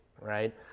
right